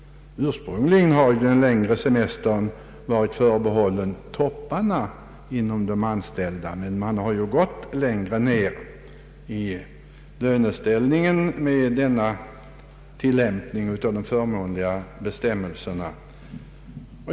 Ursprungligen har den längre semestern varit förbehållen topparna bland de anställda, men man har numera gått längre ned i löneställningen när det har gällt att tillämpa de förmånligare bestämmelserna.